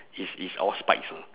it's it's all spikes lah